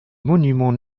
monument